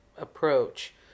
approach